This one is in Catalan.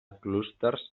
clústers